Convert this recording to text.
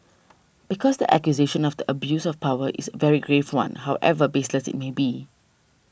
because the accusation of the abuse of power is a very grave one however baseless it may be